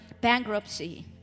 bankruptcy